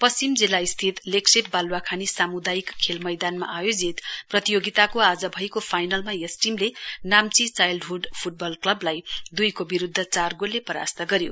पश्चिम जिल्लास्थित लेग्शेप बाल्वाखानी साम्दायिक खेल मैदानमा आयोजित प्रतियोगिताको आज भएको फाइनलमा यस टीमले चाइल्डह्ड फ्टबल क्लब नाम्चीलाई दुईको विरूद्ध चार गोलले परास्त गर्यो